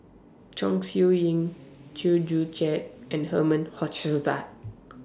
Chong Siew Ying Chew Joo Chiat and Herman Hochstadt